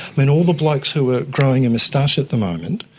mean, all the blokes who are growing a moustache at the moment,